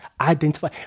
Identify